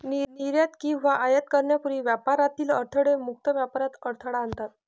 निर्यात किंवा आयात करण्यापूर्वी व्यापारातील अडथळे मुक्त व्यापारात अडथळा आणतात